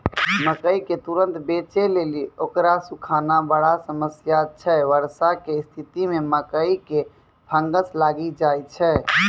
मकई के तुरन्त बेचे लेली उकरा सुखाना बड़ा समस्या छैय वर्षा के स्तिथि मे मकई मे फंगस लागि जाय छैय?